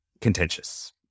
contentious